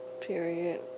period